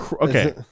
okay